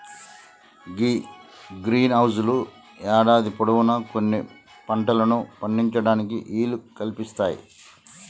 గీ greenhouse లు యేడాది పొడవునా కొన్ని పంటలను పండించటానికి ఈలు కల్పిస్తాయి